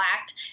Act